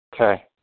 Okay